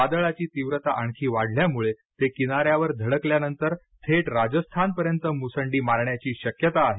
वादळाची तीव्रता आणखी वाढल्यामुळे ते किनाऱ्यावर धडकल्यानंतर थेट राजस्थानपर्यंत मुसंडी मारण्याची शक्यता आहे